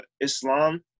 Islam